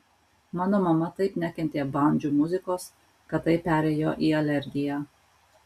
mano mama taip nekentė bandžų muzikos kad tai perėjo į alergiją